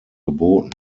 geboten